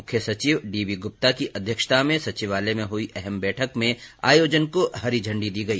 मुख्य सचिव डीबी ग्प्ता की अध्यक्षता में सचिवालय में हई अहम बैठक में आयोजन को हरी झंडी दी गई